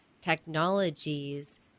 technologies